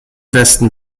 westen